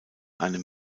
einem